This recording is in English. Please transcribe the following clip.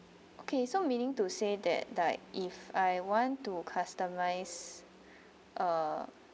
okay so meaning to say that like if I want to customize uh